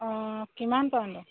অঁ কিমান